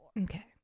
Okay